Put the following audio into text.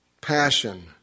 passion